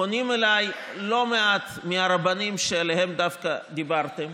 פונים אליי לא מעט מהרבנים שעליהם דווקא דיברתם